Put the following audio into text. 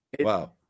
Wow